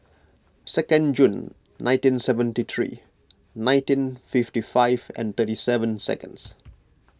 second June nineteen seventy three nineteen fifty five and thirty seven second